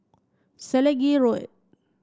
Selegie Road